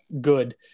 good